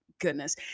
goodness